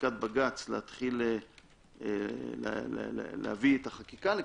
פסיקת בג"צ להתחיל להביא את החקיקה לכאן,